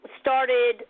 started